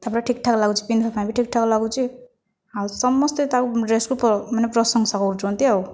ତା' ପରେ ଠିକ୍ଠାକ୍ ଲାଗୁଛି ପିନ୍ଧିବା ପାଇଁ ବି ଠିକ୍ଠାକ୍ ଲାଗୁଛି ଆଉ ସମସ୍ତେ ତାକୁ ଡ୍ରେସ୍କୁ ମାନେ ପ୍ରଶଂସା କରୁଛନ୍ତି ଆଉ